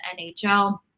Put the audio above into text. NHL